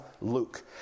Luke